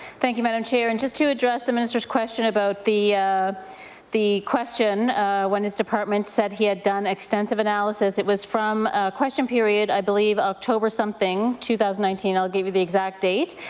thank you, madam chair. and just to address the minister's question about the the question when his department said he had done extensive analysis, it was from question period, i believe, october something two thousand and nineteen. i will give you the exact date.